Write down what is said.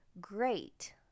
great